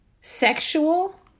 sexual